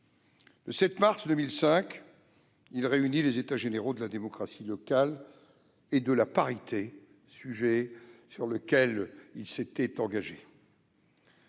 Le 7 mars 2005, il réunit les États généraux de la démocratie locale et de la parité, un sujet sur lequel il s'était engagé.